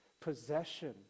possession